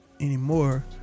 anymore